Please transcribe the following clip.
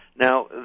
Now